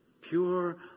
pure